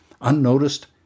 Unnoticed